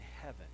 heaven